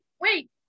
wait